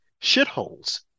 shitholes